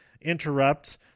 interrupt